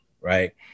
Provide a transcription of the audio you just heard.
right